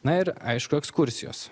na ir aišku ekskursijos